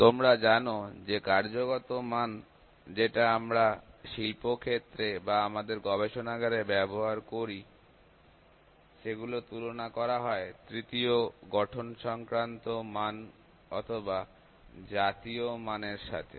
তোমরা জানো যে কার্যগত মান যেটা আমরা শিল্প ক্ষেত্রে বা আমাদের গবেষণাগারে ব্যবহার করি সেগুলো তুলনা করা হয় তৃতীয় গঠনসংক্রান্ত মানঅথবা জাতীয় মানের সাথে